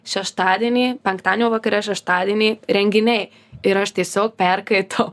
šeštadienį penktadienio vakare šeštadienį renginiai ir aš tiesiog perkaitau